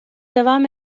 devam